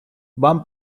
bon